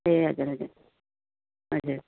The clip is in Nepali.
ए हजुर हजुर हजुर